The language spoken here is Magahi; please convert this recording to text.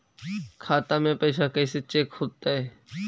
खाता में पैसा कैसे चेक हो तै?